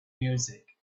music